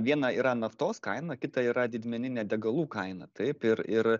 viena yra naftos kaina kita yra didmeninė degalų kaina taip ir ir